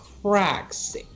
cracks